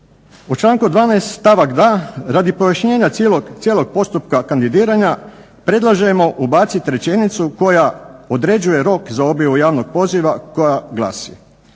po članku 12. stavak 2. radi pojašnjena cijelog postupka kandidiranja predlažemo ubaciti rečenicu koja određuje rok za objavu javnog poziva koja glasi